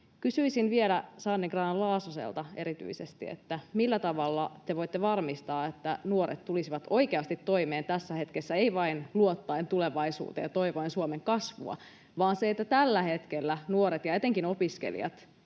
erityisesti Sanni Grahn-Laasoselta: millä tavalla te voitte varmistaa, että nuoret tulisivat oikeasti toimeen tässä hetkessä, ei vain luottaen tulevaisuuteen ja toivoen Suomen kasvua, vaan että tällä hetkellä nuoret ja etenkin opiskelijat,